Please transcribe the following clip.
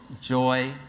joy